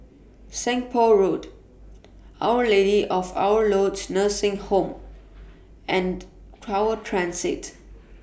Seng Poh Road Our Lady of Lourdes Nursing Home and Tower Transit